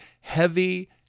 heavy